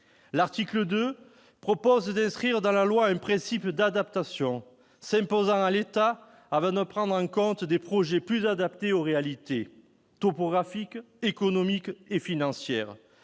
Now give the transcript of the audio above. L'article 2 prévoit d'inscrire dans la loi un principe d'adaptation s'imposant à l'État, en vue de prendre en compte des projets plus adaptés aux réalités topographiques, économiques et financières.